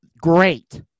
great